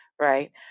right